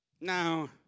Now